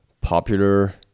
popular